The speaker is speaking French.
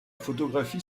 photographie